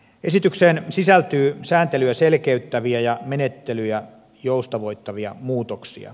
esitykseen sisältyy sääntelyä selkeyttäviä ja menettelyjä joustavoittavia muutoksia